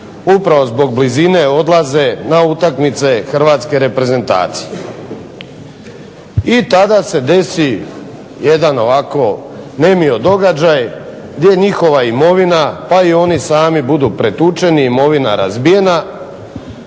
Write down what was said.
upravo zbog blizine odlaze na utakmice hrvatske reprezentacije. I tada se desi jedan ovako nemio događaj gdje njihova imovina pa i oni sami budu pretučeni, imovina razbijena,